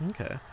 Okay